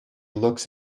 looks